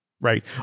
Right